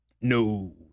No